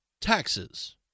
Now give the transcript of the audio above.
Taxes